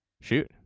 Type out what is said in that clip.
Shoot